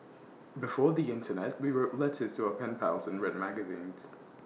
before the Internet we wrote letters to our pen pals and read magazines